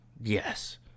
Yes